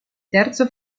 terzo